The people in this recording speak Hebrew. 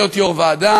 להיות יו"ר ועדה,